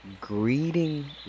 greeting